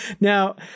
Now